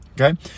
Okay